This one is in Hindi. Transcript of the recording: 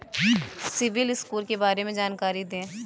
सिबिल स्कोर के बारे में जानकारी दें?